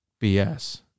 bs